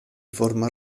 forma